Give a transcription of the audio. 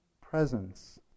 presence